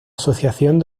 asociación